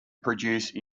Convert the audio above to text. produce